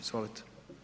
Izvolite.